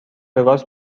وگاس